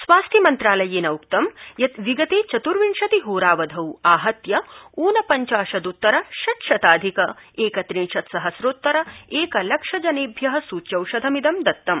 स्वास्थ्यमन्त्रालयेन उक्तं यत् विगते चतुर्विशतिहोरावधौ आहत्य ऊनपंचाशदुत्तर षट्शताधिक एकत्रिंशत् सहस्रोत्तर एकलक्षजनेभ्यः सूच्यौषधमिदं दत्तम्